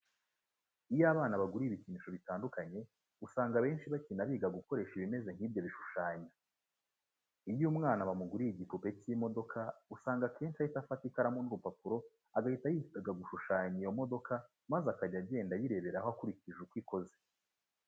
Iyo abana baguriwe ibikinisho bitandukanye usanga abenshi bakina biga gukora ibimeze nk'ibyo bishushanyo. Iyo umwana bamuguriye igipupe cy'imodoka usanga akenshi ahita afata ikaramu n'urupapuro agahita yiga gushushanya iyo modoka maze akajya agenda ayireberaho akurikije uko ikoze.